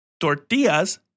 tortillas